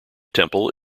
temple